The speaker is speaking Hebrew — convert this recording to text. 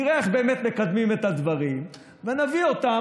נראה איך באמת מקדמים את הדברים ונביא אותם